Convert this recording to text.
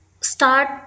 start